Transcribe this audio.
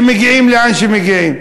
שמגיעים לאן שמגיעים.